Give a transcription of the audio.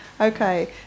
Okay